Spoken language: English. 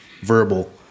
verbal